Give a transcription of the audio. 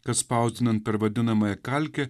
kad spausdinant per vadinamąją kalkę